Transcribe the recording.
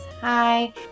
Hi